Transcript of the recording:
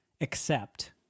accept